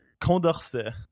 Condorcet